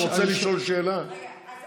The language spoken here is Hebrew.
שיקריא, שנייה, רגע.